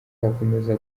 yakomeza